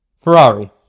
ferrari